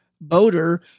boater